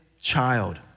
child